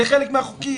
זה חלק מהחוקים.